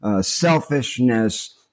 selfishness